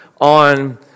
on